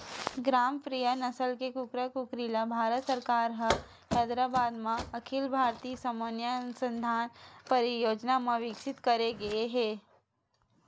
ग्रामप्रिया नसल के कुकरा कुकरी ल भारत सरकार ह हैदराबाद म अखिल भारतीय समन्वय अनुसंधान परियोजना म बिकसित करे गे हे